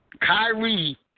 Kyrie